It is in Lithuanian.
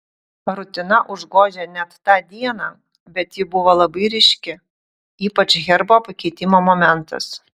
rutina užgožė net tą dieną bet ji buvo labai ryški ypač herbo pakeitimo momentas